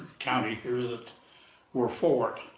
county here that were for it.